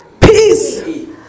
peace